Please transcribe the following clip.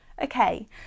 Okay